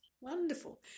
Wonderful